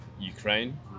Ukraine